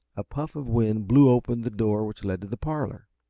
a puff of wind blew open the door which led to the parlor.